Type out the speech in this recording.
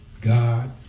God